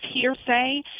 hearsay